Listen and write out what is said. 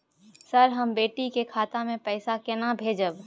Sir, हम बेटी के खाता मे पैसा केना भेजब?